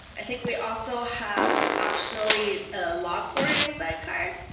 i think we also have optionally ah log forwarding sidecar.